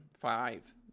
five